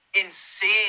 insane